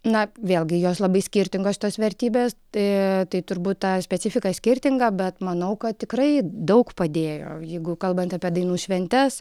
na vėlgi jos labai skirtingos tos vertybės tai tai turbūt ta specifika skirtinga bet manau kad tikrai daug padėjo jeigu kalbant apie dainų šventes